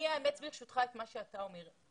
אני אאמץ את מה שאתה אומר.